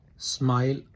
Smile